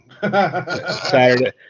Saturday